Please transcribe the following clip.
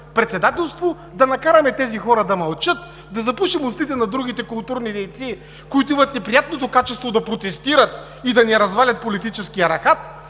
председателство, да накараме тези хора да мълчат, да запушим устите на другите културни дейци, които имат неприятното качество да протестират и да ни развалят политическия рахат.